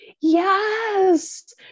Yes